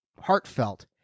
heartfelt